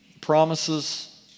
Promises